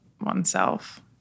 oneself